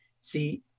see